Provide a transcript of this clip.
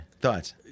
Thoughts